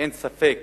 אין ספק